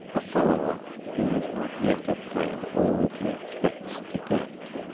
a follower who has not yet obtained all that he expects to get.